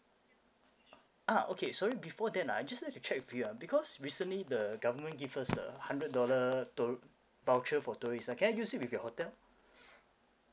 uh okay sorry before that ah I just like to check with you ah because recently the government give us the hundred dollar tour~ voucher for tourist ah can I use it with your hotel